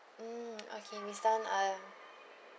mm okay miss tan uh